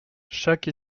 chaque